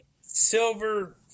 silver